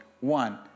One